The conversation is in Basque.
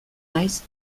naiz